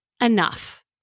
enough